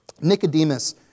Nicodemus